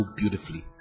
beautifully